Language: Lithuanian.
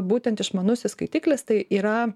būtent išmanusis skaitiklis tai yra